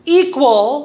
equal